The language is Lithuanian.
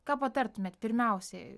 ką patartumėt pirmiausiai